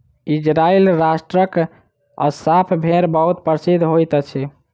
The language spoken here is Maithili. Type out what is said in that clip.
इजराइल राष्ट्रक अस्साफ़ भेड़ बहुत प्रसिद्ध होइत अछि